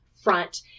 Front